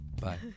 Bye